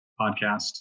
podcast